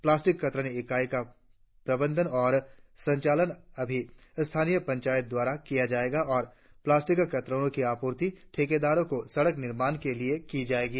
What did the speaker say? plastic कतरन इकाई का प्रबंधन और संचालन अभी स्थानीय पंचायत द्वारा किया जाएगा और प्लास्टिक कतरनों की आपूर्ति ठेकेदारों को सड़क निर्माण के लिए की जाएगी